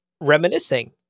reminiscing